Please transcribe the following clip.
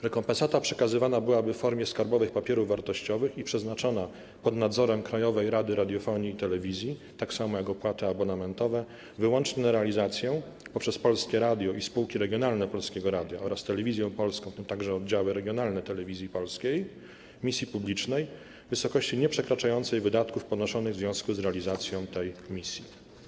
Rekompensata przekazywana byłaby w formie skarbowych papierów wartościowych i przeznaczana pod nadzorem Krajowej Rady Radiofonii i Telewizji - tak samo jak opłaty abonamentowe - wyłącznie na realizację przez Polskie Radio i spółki regionalne Polskiego Radia oraz Telewizję Polską, w tym także oddziały regionalne Telewizji Polskiej, misji publicznej, w wysokości nieprzekraczającej wysokości wydatków ponoszonych w związku z realizacją tej misji.